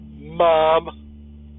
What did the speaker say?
mom